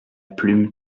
plume